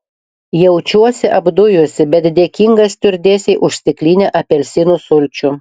jaučiuosi apdujusi bet dėkinga stiuardesei už stiklinę apelsinų sulčių